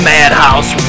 Madhouse